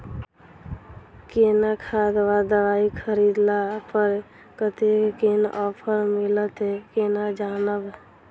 केँ खाद वा दवाई खरीदला पर कतेक केँ ऑफर मिलत केना जानब?